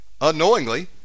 unknowingly